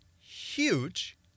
huge